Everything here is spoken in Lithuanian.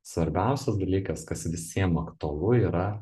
svarbiausias dalykas kas visiem aktualu yra